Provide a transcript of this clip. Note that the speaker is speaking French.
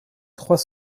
trois